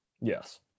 Yes